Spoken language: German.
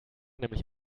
nämlich